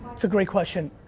a great question.